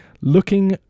looking